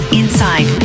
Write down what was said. inside